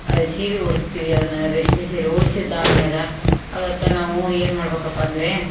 ಸೀರೆ ಉಡಿಸ್ತೀವಿ ಅದನ್ನು ರೇಷ್ಮೆ ಸೀರೆ ಉಡ್ಸಿದ್ದು ಆದ್ಮ್ಯಾಗೆ ಅದಕ್ಕೆ ನಾವು ಏನು ಮಾಡಬೇಕಪ್ಪ ಅಂದ್ರೆ